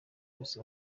wese